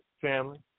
family